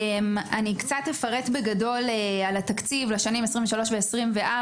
אני אפרט בגדול על התקציב לשנים 2023 ו-2024.